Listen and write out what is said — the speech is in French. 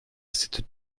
cette